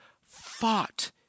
fought